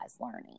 learning